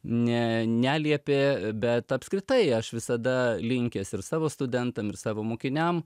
ne neliepė bet apskritai aš visada linkęs ir savo studentam ir savo mokiniam